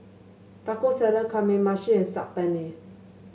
Taco Salad Kamameshi and Saag Paneer